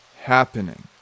happening